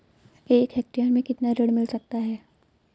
एक हेक्टेयर में कितना ऋण मिल सकता है?